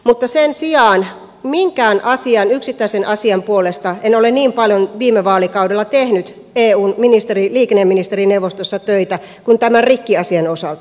mutta sen sijaan minkään yksittäisen asian puolesta en ole niin paljon viime vaalikaudella tehnyt eun liikenneministerineuvostossa töitä kuin tämän rikkiasian osalta